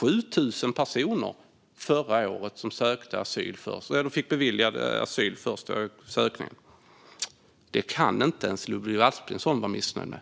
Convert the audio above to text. Förra året var det 7 000 personer som beviljades asyl; det kan inte ens Ludvig Aspling vara missnöjd med.